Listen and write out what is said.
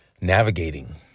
navigating